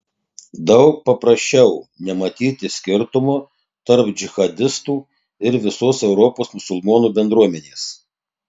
daug paprasčiau nematyti skirtumo tarp džihadistų ir visos europos musulmonų bendruomenės